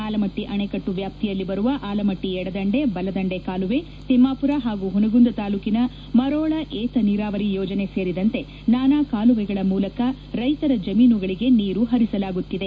ಆಲಮಟ್ಟಿ ಅಣೆಕಟ್ಟು ವ್ಯಾಪ್ತಿಯಲ್ಲಿ ಬರುವ ಆಲಮಟ್ಟಿ ಎಡದಂಡೆ ಬಲದಂಡೆ ಕಾಲುವೆ ತಿಮ್ನಾಪುರ ಹಾಗೂ ಪುನಗುಂದ ತಾಲೂಕಿನ ಮರೋಳಾ ಏತನೀರಾವರಿ ಯೋಜನೆ ಸೇರಿದಂತೆ ನಾನಾ ಕಾಲುವೆಗಳ ಮೂಲಕ ರೈತರ ಜಮಿನುಗಳಿಗೆ ನೀರು ಹರಿಸಲಾಗುತ್ತಿದೆ